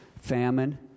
famine